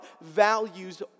values